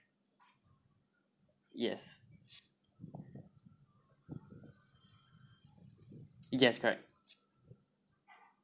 yes yes correct